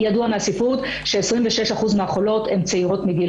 ידוע מהספרות ש-26% אחוז מהחולות הן צעירות מגיל